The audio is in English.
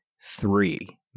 three